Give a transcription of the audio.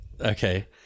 okay